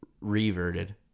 reverted